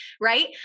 right